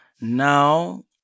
Now